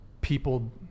people